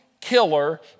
killer